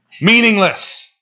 Meaningless